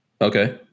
Okay